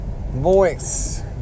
voice